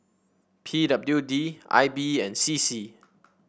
P W D I B and C C